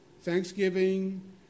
Thanksgiving